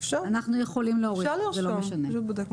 אפשר לרשום.